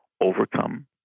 overcome